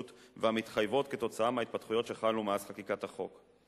והמתחייבות כתוצאה מהתפתחויות שחלו מאז חקיקת החוק.